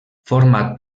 forma